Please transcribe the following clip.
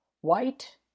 white